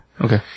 Okay